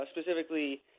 specifically